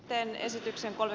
teen esitykseni oli